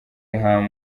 ham